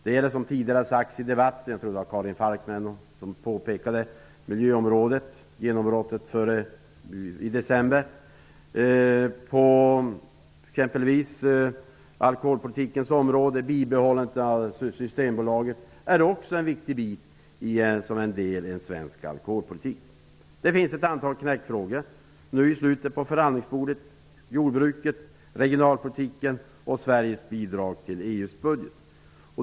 Det gäller, som tidigare har sagts i debatten, genombrottet för miljöområdet i december -- jag tror det var Karin Falkmer som påpekade det. Inom alkoholpolitikens område är bibehållandet av Systembolaget en viktig bit, som en del i en svensk alkoholpolitik. Nu i slutet finns det ett antal knäckfrågor på förhandlingsbordet: jordbruket, regionalpolitiken och Sveriges bidrag till EU:s budget.